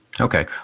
Okay